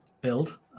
build